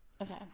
Okay